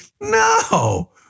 No